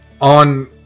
on